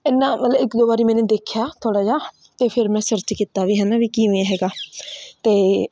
ਇੰਨਾ ਮਤਲਬ ਇੱਕ ਦੋ ਵਾਰੀ ਮੈਨੇ ਦੇਖਿਆ ਥੋੜ੍ਹਾ ਜਿਹਾ ਅਤੇ ਫਿਰ ਮੈਂ ਸਰਚ ਕੀਤਾ ਵੀ ਹੈ ਨਾ ਵੀ ਕਿਵੇਂ ਹੈਗਾ ਅਤੇ